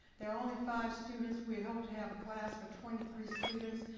there are only five students, we'd hope to have a class for twenty three students.